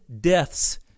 deaths